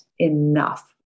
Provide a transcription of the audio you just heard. enough